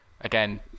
again